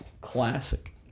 Classic